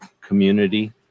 community